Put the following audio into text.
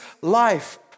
life